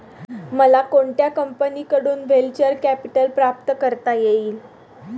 मला कोणत्या कंपनीकडून व्हेंचर कॅपिटल प्राप्त करता येईल?